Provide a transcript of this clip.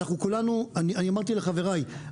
אמרתי לחבריי,